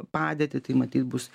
padėtį tai matyt bus